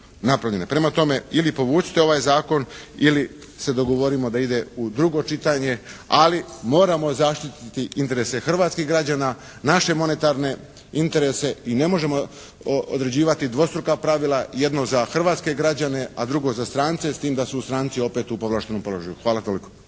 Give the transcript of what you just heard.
Prema tome ili povucite ovaj zakon ili se dogovorimo da ide u drugo čitanje, ali moramo zaštititi interese hrvatskih građana, naše monetarne interese i ne možemo određivati dvostruka pravila, jedno za hrvatske građane a drugo za strance, s tim da su stranci opet u povlaštenom položaju. Hvala. Toliko.